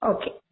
Okay